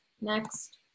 Next